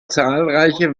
zahlreiche